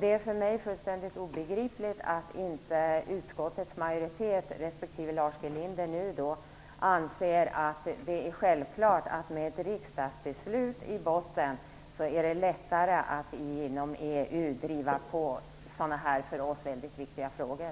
Det är för mig fullständigt obegripligt att inte utskottets majoritet respektive Lars G Linder anser att det är självklart att det med ett riksdagsbeslut i botten är lättare att inom EU driva sådana här för oss väldigt viktiga frågor.